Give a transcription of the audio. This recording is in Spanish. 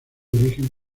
origen